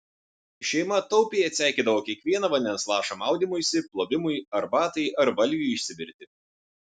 šeima taupiai atseikėdavo kiekvieną vandens lašą maudymuisi plovimui arbatai ar valgiui išsivirti